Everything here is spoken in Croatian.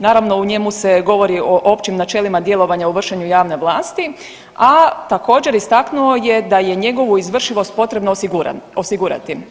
Naravno, o njemu se govori o općim načelima djelovanja u vršenju javne vlasti, a također, istaknuo je da je njegovu izvršivost potrebno osigurati.